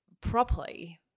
properly